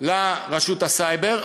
לרשות הסייבר,